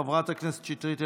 חברת הכנסת שטרית,